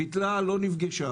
ביטלה ולא נפגשה.